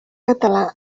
català